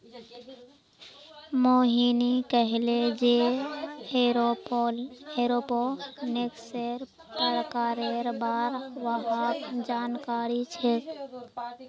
मोहिनी कहले जे एरोपोनिक्सेर प्रकारेर बार वहाक जानकारी छेक